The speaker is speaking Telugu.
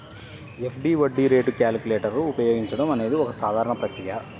ఎఫ్.డి వడ్డీ రేటు క్యాలిక్యులేటర్ ఉపయోగించడం అనేది ఒక సాధారణ ప్రక్రియ